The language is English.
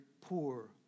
poor